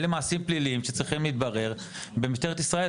אלו מעשים פלילים שצריכים להתברר בממשלת ישראל,